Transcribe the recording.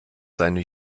seine